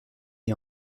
est